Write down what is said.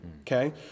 okay